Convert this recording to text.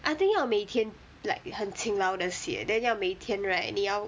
I think 要每天 like 很勤劳的写 then 要每天 right 你要